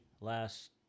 last